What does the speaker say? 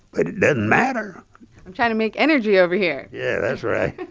but it doesn't matter i'm trying to make energy over here yeah, that's right